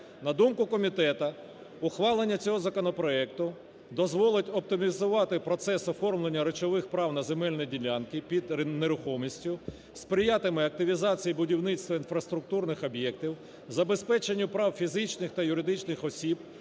На думку комітету, ухвалення цього законопроекту дозволить оптимізувати процес оформлення речових прав на земельні ділянки під нерухомістю, сприятиме активізації будівництва інфраструктурних об'єктів, забезпеченню прав фізичних та юридичних осіб